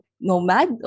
nomad